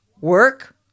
Work